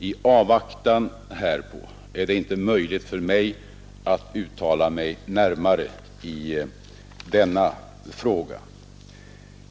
I avvaktan härpå är det inte möjligt för mig att uttala mig närmare i denna fråga.